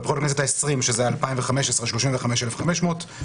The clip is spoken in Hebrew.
בבחירות לכנסת ה-20 ב-2015 הצביעו 35,500,